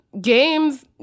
games